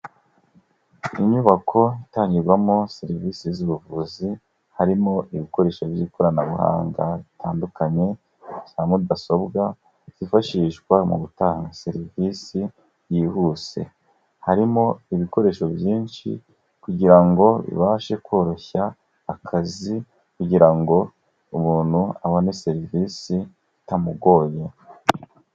Inyubako itangirwamo serivisi z'ubuvuzi, harimo ibikoresho by'ikoranabuhanga bitandukanye za mudasobwa zifashishwa mu gutanga serivisi yihuse, harimo ibikoresho byinshi kugira ngo bibashe koroshya akazi kugira ngo umuntu abone serivisi itamugoye.